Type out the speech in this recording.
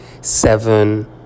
seven